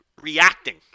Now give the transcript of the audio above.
reacting